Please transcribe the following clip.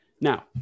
Now